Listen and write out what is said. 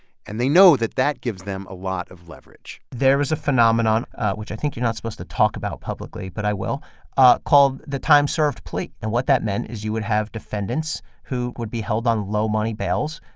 and they know that that gives them a lot of leverage there is a phenomenon which i think you're not supposed to talk about publicly, but i will called the time served plea. and what that meant is you would have defendants who would be held on low money bails,